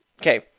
Okay